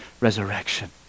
resurrection